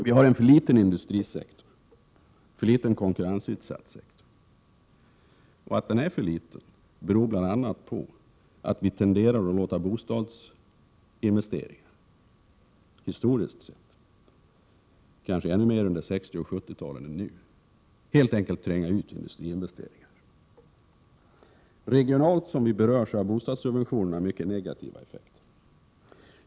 Vi har en för liten industrisektor, en för liten konkurrensutsatt sektor i Sverige, och det beror bl.a. på att vi historiskt sett, kanske ännu mer under 1960—1970-talen än nu, har tenderat att låta bostadsinvesteringar tränga ut industriinvesteringar. Regionalt har bostadssubventionerna mycket negativa effekter.